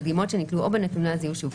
בדגימות שניטלו או בנתוני הזיהוי שהופקו,